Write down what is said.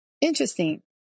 Interesting